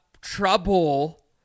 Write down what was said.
trouble